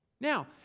Now